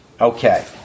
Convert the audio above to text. Okay